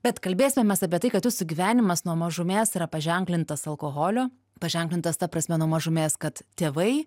bet kalbėsime mes apie tai kad jūsų gyvenimas nuo mažumės yra paženklintas alkoholio paženklintas ta prasme nuo mažumės kad tėvai